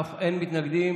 אין מתנגדים,